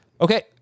Okay